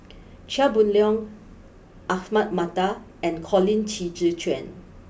Chia Boon Leong Ahmad Mattar and Colin Qi Zhe Quan